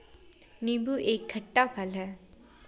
नीबू एक खट्टा फल है